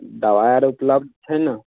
दबाइ आर उपलब्ध छै ने